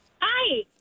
Hi